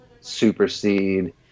supersede